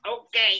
Okay